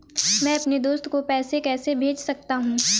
मैं अपने दोस्त को पैसे कैसे भेज सकता हूँ?